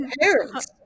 parents